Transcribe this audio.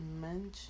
mention